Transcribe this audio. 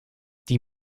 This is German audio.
die